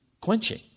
quenching